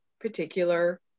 particular